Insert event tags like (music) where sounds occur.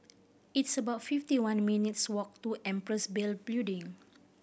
it's about fifty one minutes' walk to Empress (unintelligible) Building